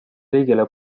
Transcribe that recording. riigile